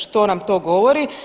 Što nam to govori?